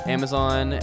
Amazon